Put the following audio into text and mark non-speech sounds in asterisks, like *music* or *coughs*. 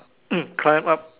*coughs* climb up